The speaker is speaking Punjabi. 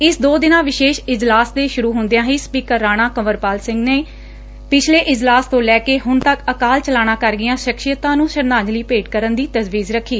ਇਸ ਦੋ ਦਿਨਾਂ ਵਿਸ਼ੇਸ਼ ਇਜਲਾਸ ਦੇ ਸ਼ੁਰੁ ਹੁੰਦਿਆਂ ਹੀ ਸਪੀਕਰ ਰਾਣਾ ਕੰਵਰਪਾਲ ਸਿੰਘ ਨੇ ਪਿਛਲੇ ਇਜਲਾਸ ਤੋਂ ਲੈ ਕੇਂ ਹੁਣ ਤੱਕ ਅਕਾਲ ਚਲਾਣਾ ਕਰ ਗਈਆਂ ਸ਼ਖਸੀਅਤਾ ਨੂੰ ਸ਼ਰਧਾਂਜਲੀ ਭੇਂਟ ਕਰਨ ਦੀ ਤਜਵੀਜ਼ ਰੱਖੀ